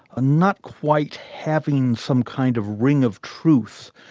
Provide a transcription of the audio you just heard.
ah not quite having some kind of ring of truth.